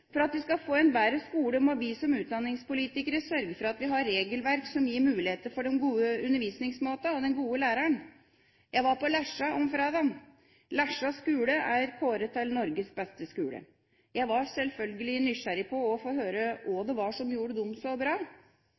For at vi skal få en bedre skole, må vi som utdanningspolitikere sørge for at vi har regelverk som gir muligheter for de gode undervisningsmåtene og den gode læreren. Jeg var på Lesja på fredag. Lesja skule er kåret til Norges beste skole. Jeg var selvfølgelig nysgjerrig på å få høre hva det var som gjorde den så bra.